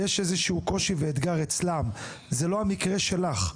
יש איזשהו קושי ואתגר אצלם, זה לא המקרה שלך.